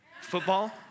football